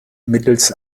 mittels